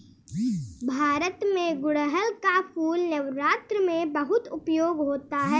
भारत में गुड़हल का फूल नवरात्र में बहुत उपयोग होता है